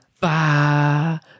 ba